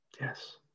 Yes